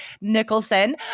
Nicholson